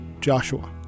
Joshua